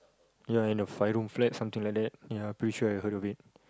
ya and a five room flat something like that ya pretty sure I heard of it